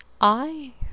I